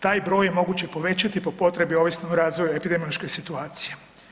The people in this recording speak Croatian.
Taj broj je moguće povećati po potrebi ovisno o razvoju epidemiološke situacije.